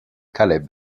caleb